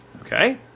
Okay